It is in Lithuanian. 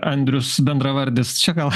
andrius bendravardis čia gal